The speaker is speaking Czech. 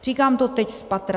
Říkám to teď spatra.